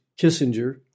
Kissinger